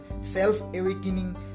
self-awakening